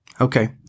Okay